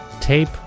tape